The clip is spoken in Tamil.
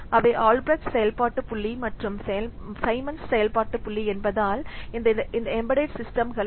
அவை ஆல்பிரெக்ட் செயல்பாட்டு புள்ளி மற்றும் சைமன்ஸ் செயல்பாட்டு புள்ளிகள் என்பதால் இந்த எம்பெடட் சிஸ்டம்களை